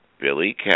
Billy